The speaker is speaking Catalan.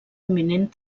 imminent